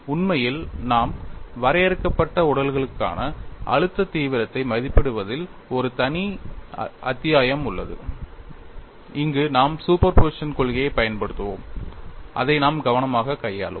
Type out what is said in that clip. உண்மையில் நாம் வரையறுக்கப்பட்ட உடல்களுக்கான அழுத்த தீவிரத்தை மதிப்பிடுவதில் ஒரு தனி அத்தியாயம் உள்ளது அங்கு நாம் சூப்பர் போசிஷன் கொள்கையைப் பயன்படுத்துவோம் அதை நாம் கவனமாகக் கையாளுவோம்